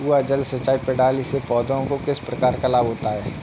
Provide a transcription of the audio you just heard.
कुआँ जल सिंचाई प्रणाली से पौधों को किस प्रकार लाभ होता है?